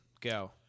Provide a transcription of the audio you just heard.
Go